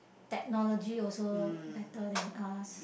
technology also better than us